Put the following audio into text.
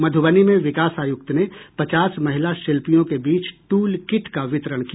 मध्रबनी में विकास आयुक्त ने पचास महिला शिल्पियों के बीच टूल किट का वितरण किया